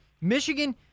Michigan